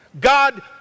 God